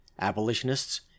Abolitionists